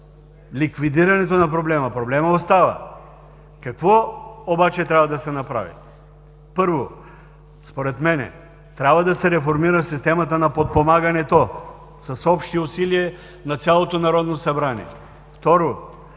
ликвидирането на проблема, проблемът остава. Какво обаче трябва да се направи? Първо, според мен трябва да се реформира системата на подпомагането с общи усилия на цялото Народно събрание.